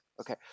Okay